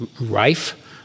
rife